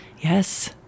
Yes